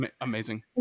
amazing